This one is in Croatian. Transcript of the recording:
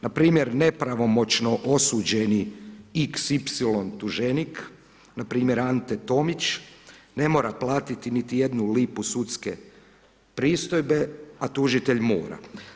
Npr. nepravomoćno osuđeni xy tuženik, npr. Ante Tomić ne mora platiti niti jednu lipu sudske pristojbe a tužitelj mora.